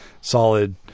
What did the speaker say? solid